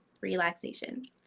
Relaxation